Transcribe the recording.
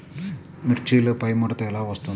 మిర్చిలో పైముడత ఎలా వస్తుంది?